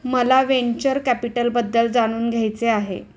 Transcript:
मला व्हेंचर कॅपिटलबद्दल जाणून घ्यायचे आहे